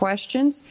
Questions